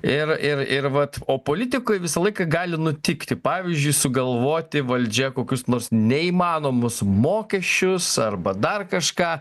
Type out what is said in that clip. ir ir ir vat o politikoj visąlaiką gali nutikti pavyzdžiui sugalvoti valdžia kokius nors neįmanomus mokesčius arba dar kažką